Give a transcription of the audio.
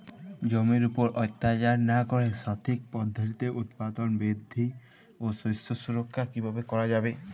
জমির উপর অত্যাচার না করে সঠিক পদ্ধতিতে উৎপাদন বৃদ্ধি ও শস্য সুরক্ষা কীভাবে করা যাবে?